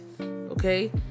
okay